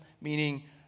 meaning